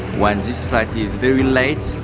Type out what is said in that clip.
when this flight is very late,